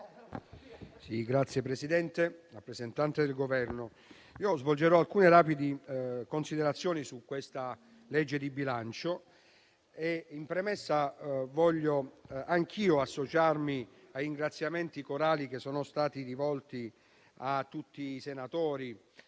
Signor Presidente, rappresentante del Governo, svolgerò alcune rapide considerazioni sul disegno di legge di bilancio al nostro esame. In premessa, voglio anch'io associarmi ai ringraziamenti corali che sono stati rivolti a tutti i senatori